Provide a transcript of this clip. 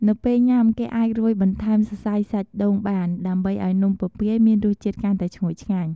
នៅពេលញ៉ាំ គេអាចរោយបន្ថែមសរសៃសាច់ដូងបាន ដើម្បីឲ្យនំពពាយមានរសជាតិកាន់តែឈ្ងុយឆ្ងាញ់។